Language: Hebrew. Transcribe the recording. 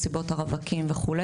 מסיבות הרווקים וכו',